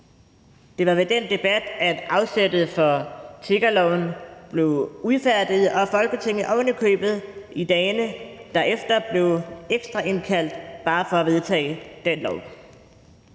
Det var med den debat, at afsættet for tiggerloven blev udfærdiget, og Folketinget ovenikøbet i dagene derefter blev ekstra indkaldt bare for at vedtage den lov.